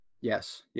Yes